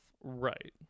right